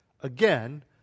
again